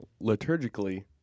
liturgically